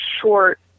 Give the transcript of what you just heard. short